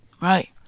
Right